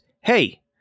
hey